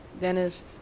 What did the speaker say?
Dennis